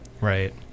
right